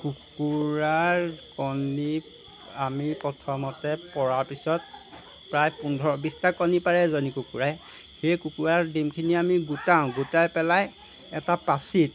কুকুৰাৰ কণী আমি প্ৰথমতে পৰাৰ পিছত প্ৰায় পোন্ধৰ বিছটা কণী পাৰে এজনী কুকুৰাই সেই কুকুৰাৰ ডিমখিনি আমি গোটাও গোটাই পেলাই এটা পাচিত